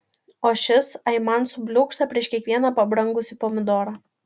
o šis aiman subliūkšta prieš kiekvieną pabrangusį pomidorą